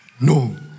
No